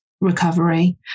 recovery